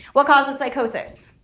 what causes psychosis?